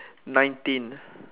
nineteen